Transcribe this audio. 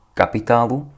kapitálu